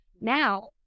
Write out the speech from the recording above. Now